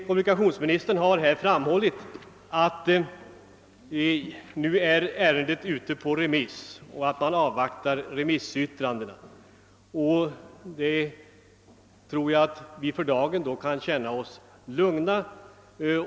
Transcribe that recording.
Kommunikationsministern har meddelat att detta ärende nu är ute på remiss och att man avvaktar remissyttrandena, och då kan vi väl känna oss lugnade.